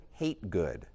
Hategood